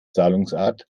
zahlungsart